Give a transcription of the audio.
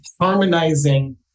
harmonizing